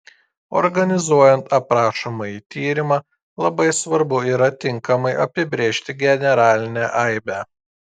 organizuojant aprašomąjį tyrimą labai svarbu yra tinkamai apibrėžti generalinę aibę